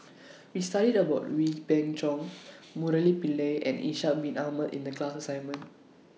We studied about Wee Beng Chong Murali Pillai and Ishak Bin Ahmad in The class assignment